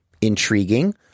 Intriguing